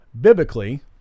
biblically